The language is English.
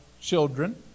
children